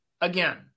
Again